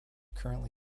currently